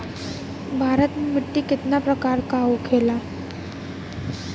भारत में मिट्टी कितने प्रकार का होखे ला?